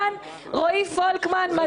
בסדר.